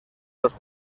los